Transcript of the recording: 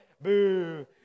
Boo